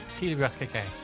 TWSKK